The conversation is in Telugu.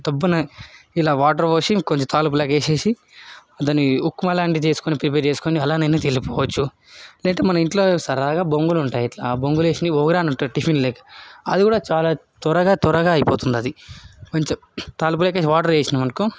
దబ్బున ఇలా వాటర్ పోసి కొంచెం తాలింపు లాగా చేసి దాన్ని ఉప్మా లాంటిది చేసుకొని ప్రిపేర్ చేసుకొని అలా నేనైతే వెళ్ళిపోవచ్చు లేదంటే మన ఇంట్ల సరదాగా బొంగులు ఉంటాయి ఇట్లా ఆ బొంగులో ఓవరాన్ అని ఉంటుంది టిఫిన్ లెక్క అది కూడా చాలా త్వరగా త్వరగా అయిపోతుంది అది కొంచెం తాలింపు లెక్క చేసి వాటర్ వేసినాం అనుకో